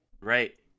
Right